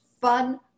fun